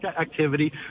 activity